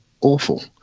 awful